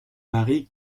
marie